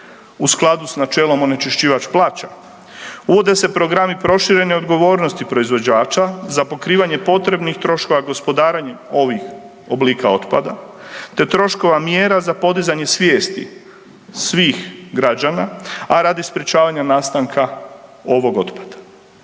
u skladu s načelom onečišćivač plaća. Uvode se programi proširene odgovornosti proizvođača za pokrivanje potrebnih troškova gospodarenjem ovih oblika otpada te troškova mjera za podizanje svijesti svih građana, a radi sprječavanja nastanka ovog otpada.